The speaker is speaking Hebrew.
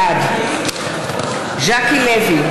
בעד ז'קי לוי,